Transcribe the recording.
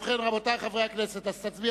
רבותי חברי הכנסת,